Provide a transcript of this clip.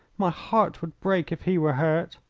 my heart would break if he were hurt.